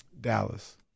Dallas